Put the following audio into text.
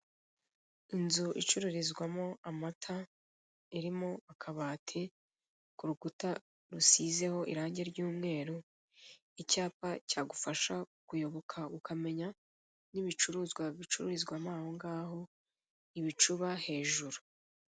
Inzu icururizwamo amata irimo akabati ku rukuta rusizeho irangi ry'umweru, icyapa cyagufasha kuyoboka ukamenya n'ibicuruzwa bicuruzwamo aho ngaho, ibicuba hejuru.